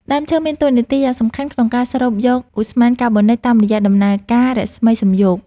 ដើមឈើមានតួនាទីយ៉ាងសំខាន់ក្នុងការស្រូបយកឧស្ម័នកាបូនិកតាមរយៈដំណើរការរស្មីសំយោគ។